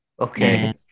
Okay